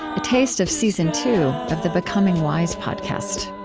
a taste of season two of the becoming wise podcast